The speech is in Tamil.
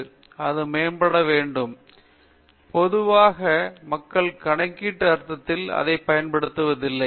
பேராசிரியர் பிரதாப் ஹரிதாஸ் பொதுவாக மக்கள் கணக்கீட்டு அர்த்தத்தில் அதைப் பயன்படுத்துவதில்லை